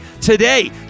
today